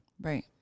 Right